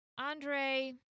Andre